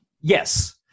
Yes